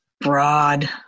broad